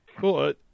Cool